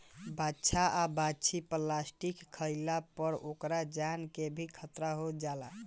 बाछा आ बाछी प्लास्टिक खाइला पर ओकरा जान के भी खतरा हो जाला